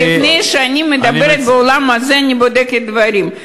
שלפני שאני מדברת באולם הזה אני בודקת דברים.